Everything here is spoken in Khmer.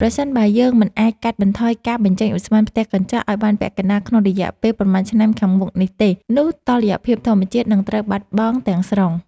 ប្រសិនបើយើងមិនអាចកាត់បន្ថយការបញ្ចេញឧស្ម័នផ្ទះកញ្ចក់ឱ្យបានពាក់កណ្ដាលក្នុងរយៈពេលប៉ុន្មានឆ្នាំខាងមុខនេះទេ នោះតុល្យភាពធម្មជាតិនឹងត្រូវបាត់បង់ទាំងស្រុង។